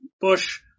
Bush